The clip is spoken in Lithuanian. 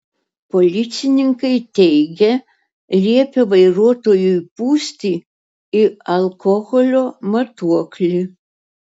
policininkai teigia liepę vairuotojui pūsti į alkoholio matuoklį